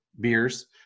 beers